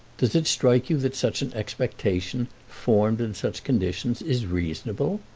does it strike you that such an expectation, formed in such conditions, is reasonable?